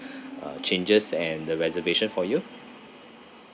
uh changes and the reservation for you